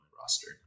roster